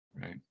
Right